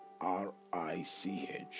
R-I-C-H